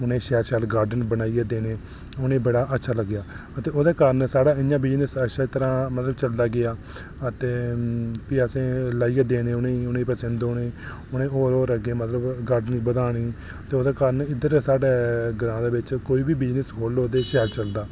उनें ई शैल शैल गॉर्डन बनाइयै देने उ'नें गी बड़ा अच्छा लग्गेआ ते ओह्दे कारण साढ़ा जेह्ड़ा बिज़नेस बड़ा अच्छा चलदा रेहा ते भी असें लाइयै देने उ'नेंगी ते भी पसंद औने ते उ'नें होर होर मतलब गॉर्डन बधाने ते ओह्दे कारण इद्धर साढ़े ग्रांऽ दे कोई बी बिज़नेस खोह्ल्लो ते शैल चलदा